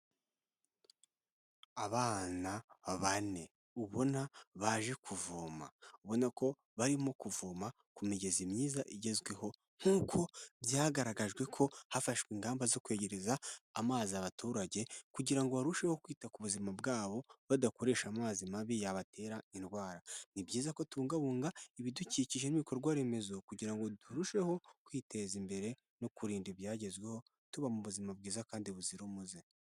Abana bane ubona baje kuvoma ubona ko barimo kuvoma ku migezi myiza igezweho nk'uko byagaragajwe ko hafashwe ingamba zo kwegereza amazi abaturage kugira ngo barusheho kwita ku buzima bwabo badakoresha amazi mabi yabatera indwara. Ni byiza kubungabunga ibidukikije n'ibikorwaremezo kugira ngo turusheho kwiteza imbere no kurinda ibyagezweho tuba mu buzima bwiza kandi buzira umuze.